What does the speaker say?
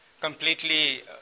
completely